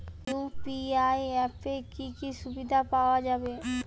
UPI অ্যাপে কি কি সুবিধা পাওয়া যাবে?